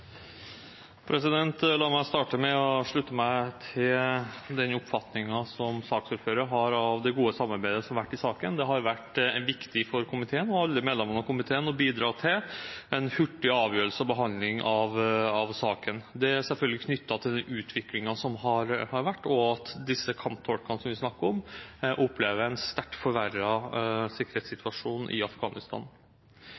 behandling. La meg starte med å slutte meg til den oppfatningen som saksordføreren har av det gode samarbeidet som har vært i saken. Det har vært viktig for komiteen og alle medlemmene av komiteen å bidra til en hurtig behandling og avgjørelse i saken. Det er selvfølgelig knyttet til den utviklingen som har vært, og at de kamptolkene som vi snakker om, opplever en sterkt forverret sikkerhetssituasjon i Afghanistan.